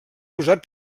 usat